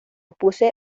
puse